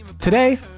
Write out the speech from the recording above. Today